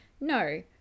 no